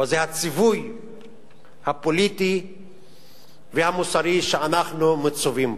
או זה הציווי הפוליטי והמוסרי שאנחנו מצווים בו.